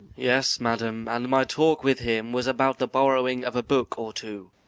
yes, madam, and my talk with him was about the borrowing of a book or two.